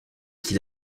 qui